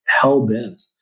hell-bent